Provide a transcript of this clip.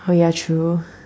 oh yeah true